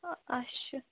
آ اَچھا